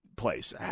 Place